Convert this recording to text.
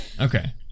Okay